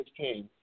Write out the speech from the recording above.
16